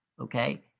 okay